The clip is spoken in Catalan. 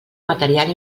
material